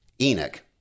Enoch